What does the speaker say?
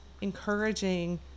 encouraging